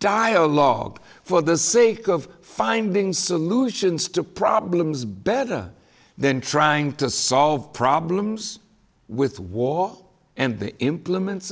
dialogue for the sake of finding solutions to problems better than trying to solve problems with war and the implements